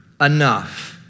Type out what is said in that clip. enough